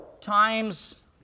times